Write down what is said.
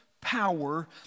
power